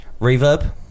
reverb